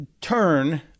turn